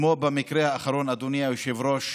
כמו במקרה האחרון, אדוני היושב-ראש